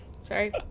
sorry